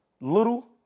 little